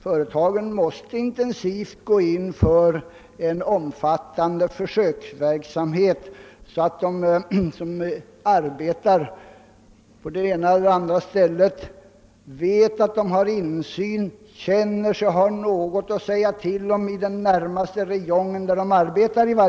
Företagen måste intensivt bedriva en omfattande försöksverksamhet, så att de anställda får någon insyn och känner sig ha i varje fall någonting att säga till om inom den närmaste räjongen.